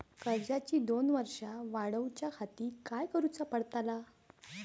कर्जाची दोन वर्सा वाढवच्याखाती काय करुचा पडताला?